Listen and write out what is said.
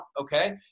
okay